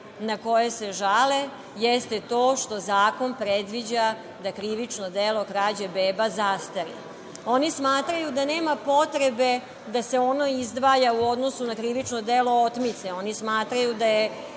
na koje se žale jeste to što zakon predviđa da krivično delo krađe beba zastari. Oni smatraju da nema potrebe da se ono izdvaja u odnosu na krivično delo otmice. Oni smatraju da je